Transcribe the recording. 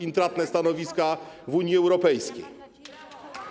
intratne stanowiska w Unii Europejskiej.